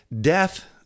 death